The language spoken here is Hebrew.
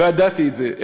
לא ידעתי את זה,